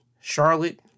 Charlotte